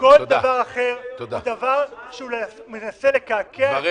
כל דבר אחר הוא דבר שמנסה לקעקע את כל